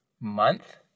month